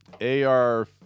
AR